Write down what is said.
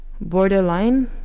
borderline